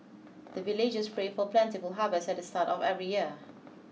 the villagers pray for plentiful harvest at the start of every year